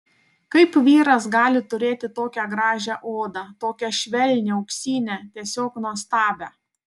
kaip vyras gali turėti tokią gražią odą tokią švelnią auksinę tiesiog nuostabią